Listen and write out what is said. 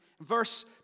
Verse